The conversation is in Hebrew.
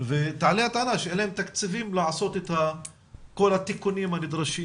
ותעלה הטענה שאין להם תקציבים לעשות את כל התיקונים הנדרשים